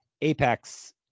Apex